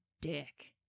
dick